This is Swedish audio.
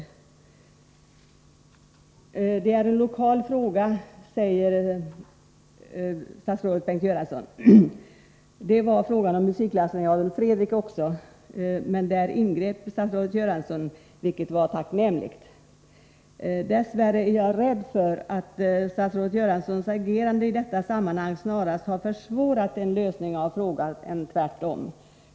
Detta är en lokal fråga, säger statsrådet Bengt Göransson. Det var frågan om musikklasserna i Adolf Fredrik också, men där ingrep statsrådet Göransson, vilket var tacknämligt. Dess värre är jag rädd för att statsrådet Göranssons agerande i detta fall snarare försvårat en lösning av frågan än tvärtom.